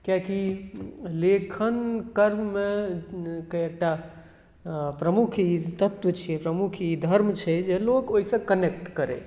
कियाकि लेखन कर्ममे के एकटा प्रमुख ई तत्व छियै प्रमुख ई धर्म छै जे लोक ओहिसँ कनेक्ट करय